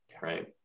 right